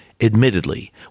admittedly